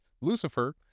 Lucifer